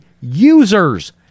users